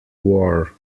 war